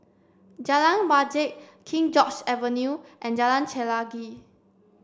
Jalan Wajek King George's Avenue and Jalan Chelagi